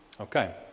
Okay